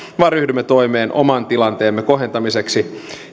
vaan ryhdymme toimeen oman tilanteemme kohentamiseksi